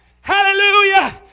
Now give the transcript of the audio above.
Hallelujah